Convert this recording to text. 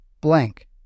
blank